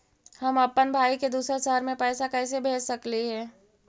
हम अप्पन भाई के दूसर शहर में पैसा कैसे भेज सकली हे?